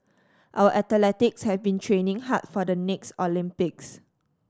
our athletes have been training hard for the next Olympics